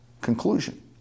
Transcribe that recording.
conclusion